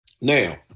Now